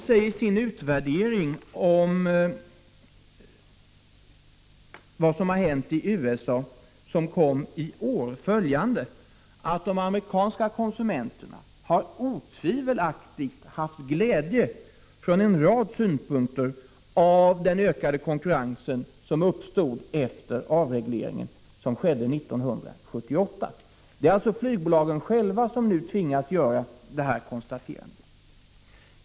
I sin utvärdering, som kom i år, av vad som har hänt i USA säger man följande: De amerikanska konsumenterna har otvivelaktigt haft glädje från en rad synpunkter av den ökade konkurrensen som uppstod efter avregleringen som skedde 1978. Det är alltså flygbolagens egen organisation som nu gör detta konstaterande.